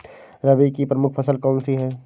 रबी की प्रमुख फसल कौन सी है?